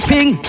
Ping